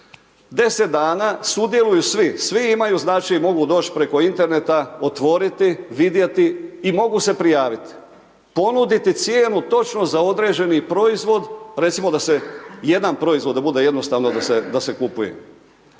10 sudjeluju svi, svi imaju znači mogu doći preko interneta otvoriti, vidjeti i mogu se prijaviti. Ponuditi cijenu točno za određeni proizvod, recimo da se jedan proizvod da bude jednostavno, da se kupuje,